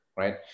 Right